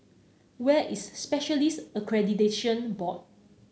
where is Specialists Accreditation Board